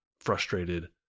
frustrated